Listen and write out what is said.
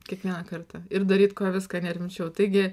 kiekvieną kartą ir daryt viską nerimčiau taigi